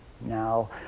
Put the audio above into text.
Now